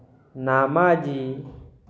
नामाजी